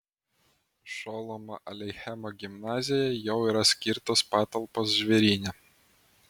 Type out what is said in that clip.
šolomo aleichemo gimnazijai jau yra skirtos patalpos žvėryne